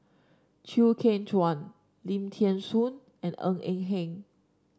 Chew Kheng Chuan Lim Thean Soo and Ng Eng Hen